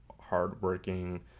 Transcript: hardworking